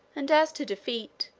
and as to defeat,